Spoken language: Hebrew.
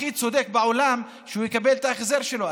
הכי צודק בעולם שהוא יקבל את ההחזר שלו.